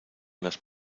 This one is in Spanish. las